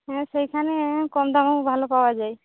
হ্যাঁ সেইখানে কম দামেও ভালো পাওয়া যায়